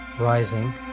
Rising